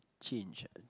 change